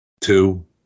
two